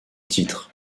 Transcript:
titre